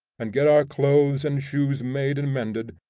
and get our clothes and shoes made and mended,